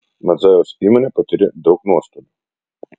madzajaus įmonė patyrė daug nuostolių